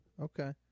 Okay